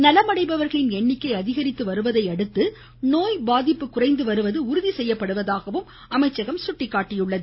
நலமடைபவர்களின் எண்ணிக்கை அதிகரித்து வருவதையடுத்து நோய் பாதிப்பு குறைந்து வருவது உறுதி செய்யப்படுவதாகவும் அமைச்சகம் சுட்டிக்காட்டியுள்ளது